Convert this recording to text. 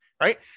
right